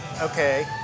okay